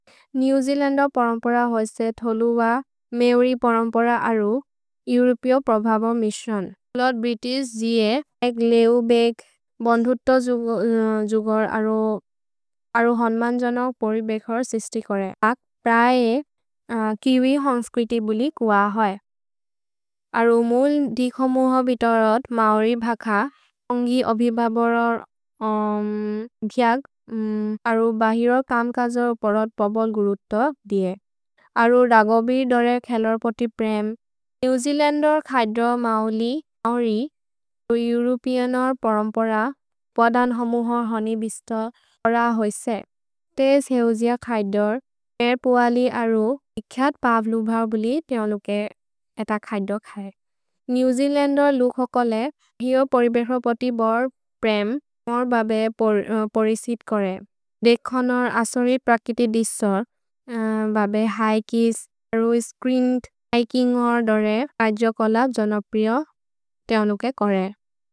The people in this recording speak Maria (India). नेव् Zealand परम्पर होइस्ते थोलुव मेओरि परम्पर अरु एउरोपिओ प्रभव मिश्रन्। लोर्द् भ्रितिश् जे एक् लेउ बेग् बोन्धुत्तो जुगोर् अरु होन्मन्जनो पोरि बेघोर् सिस्ति कोरे। अग् प्रए ए किवि होन्स्क्रिति बुलिक् व होइ। अरु मुल् दिखो मुहो बितोरत् मओरि भख ओन्गि अभिबबरोर् घिअग् अरु बहिरो कम्कजोर् परत् पबल् गुरुत्तो दिए। अरु रगोबि दोरेर् खेलोर् पोति प्रेम् नेव् जेअलन्दोर् खैद्रो मओलि मओरि अरु एउरोपिओनोर् परम्पर पदन् हमुहो होनि बिस्तो ओर होइस्ते। तेस् हेउजिअ खैद्रो मेर् पुअलि अरु इख्यत् पव्लु भौबुलि तेओलुके एत खैद्रो खए। नेव् जेअलन्दोर् लुखो कोले हिओ परिबेखो पोति बोर् प्रेम् मोर् बबे पोरिसित् कोरे। देखनोर् असोरि प्रकिति दिसोर् बबे हैकिस् अरु स्क्रिन्त् हैकिन्गोर् दोरे अजो कोलब् जनोप्रिओ तेओलुके कोरे।